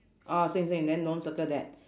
ah same same then don't circle that